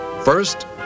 First